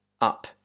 up